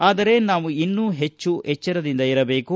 ಆದರೆ ನಾವು ಇನ್ನೂ ಹೆಚ್ಚು ಎಚ್ಚರದಿಂದ ಇರಬೇಕು